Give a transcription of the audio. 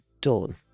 Dawn